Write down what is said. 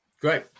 Great